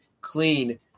clean